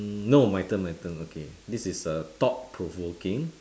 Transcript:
mm no my turn my turn okay this is uh thought provoking